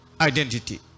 identity